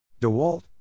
DeWalt